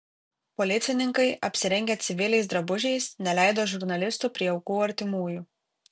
policininkai apsirengę civiliais drabužiais neleido žurnalistų prie aukų artimųjų